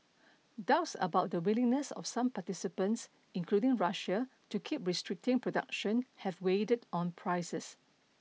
doubts about the willingness of some participants including Russia to keep restricting production have weighed on prices